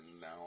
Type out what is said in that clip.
now